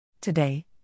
Today